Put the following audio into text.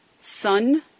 Sun